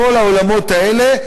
כל העולמות האלה,